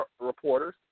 reporters